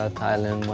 ah thailand,